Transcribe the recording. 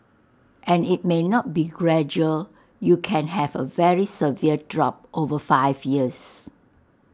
and IT may not be gradual you can have A very severe drop over five years